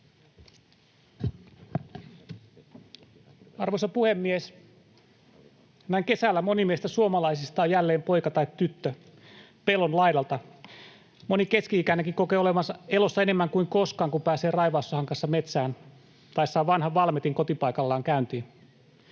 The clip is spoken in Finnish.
Arvoisa puhemies! Näin kesällä moni meistä suomalaisista on jälleen poika tai tyttö pellon laidalta. Moni keski-ikäinenkin kokee olevansa elossa enemmän kuin koskaan, kun pääsee raivaussahan kanssa metsään tai saa vanhan Valmetin kotipaikallaan käyntiin.